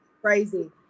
crazy